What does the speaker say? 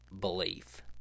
belief